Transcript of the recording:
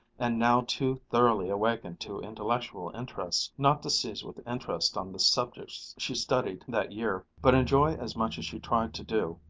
and now too thoroughly awakened to intellectual interests, not to seize with interest on the subjects she studied that year but enjoy as much as she tried to do,